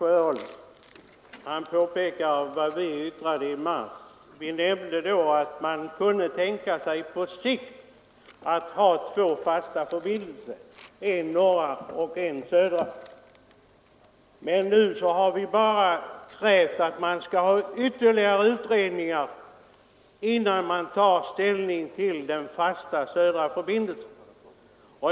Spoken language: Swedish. Herr talman! Till herr Sjöholm vill jag kort säga att vi i mars nämnde att man kunde tänka sig på sikt att ha två fasta förbindelser, en i norr och en i söder. Nu har vi krävt att man skall göra ytterligare utredningar innan man tar ställning till den fasta södra förbindelsen.